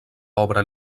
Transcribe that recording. obra